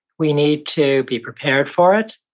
we need to be prepared for it,